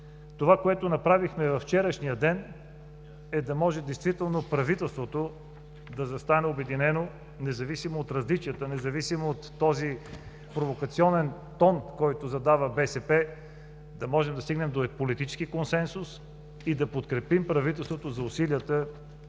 това което направихме във вчерашния ден, е да може действително правителството да застане обединено, независимо от различията, независимо от този провокационен тон, който задава БСП, да можем да стигнем до политически консенсус и да подкрепим правителството за усилията